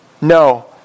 No